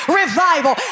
revival